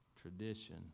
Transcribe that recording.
tradition